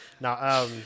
Now